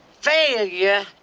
failure